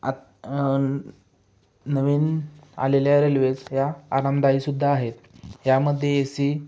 आत नवीन आलेल्या रेल्वेज या आनंददायीसुद्धा आहेत यामध्ये एसी